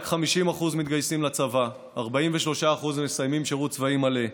רק 50% מתגייסים לצבא ו-43% מסיימים שירות צבאי מלא.